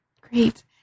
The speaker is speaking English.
Great